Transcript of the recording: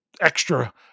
extra